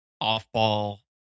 off-ball